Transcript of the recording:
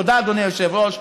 תודה אדוני היושב-ראש,